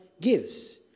gives